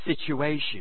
situation